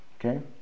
Okay